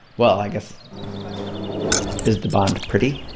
well, i guess is the bond pretty?